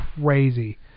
crazy